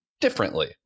differently